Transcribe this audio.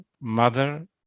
mother